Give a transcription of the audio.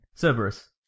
Cerberus